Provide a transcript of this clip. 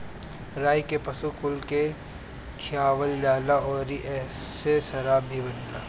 राई के पशु कुल के खियावल जाला अउरी एसे शराब भी बनेला